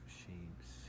shapes